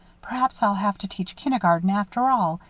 perhaps i'll have to teach kindergarten after all,